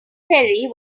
ferry